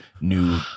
new